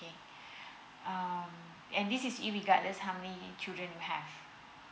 um and this is in regardless how many children you have